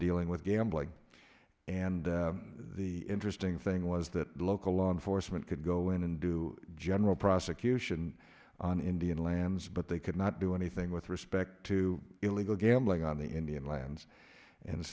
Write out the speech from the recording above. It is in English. dealing with gambling and the interesting thing was that local law enforcement could go in and do general prosecution on indian lands but they could not do anything with respect to illegal gambling on the indian lands and